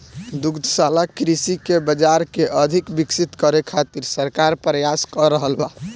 दुग्धशाला कृषि के बाजार के अधिक विकसित करे खातिर सरकार प्रयास क रहल बा